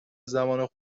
زمان